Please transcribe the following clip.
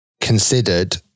considered